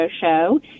show